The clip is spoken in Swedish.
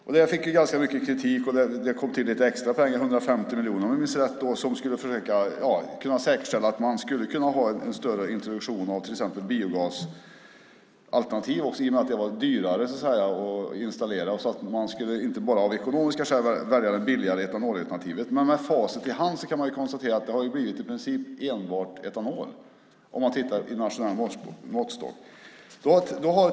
Lagen fick ju ganska mycket kritik och det kom till lite extra pengar - 150 miljoner om jag minns rätt - som skulle säkerställa att man skulle kunna ha en större introduktion av till exempel biogasalternativ i och med att det var dyrare att installera. Man skulle alltså inte bara av ekonomiska skäl välja det billigare etanolalternativet. Men med facit i hand kan man konstatera att det i princip har blivit enbart etanol om man tittar i nationell måttstock.